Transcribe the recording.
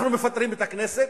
אנחנו מפטרים את הכנסת,